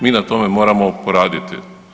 Mi na tome moramo poraditi.